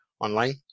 online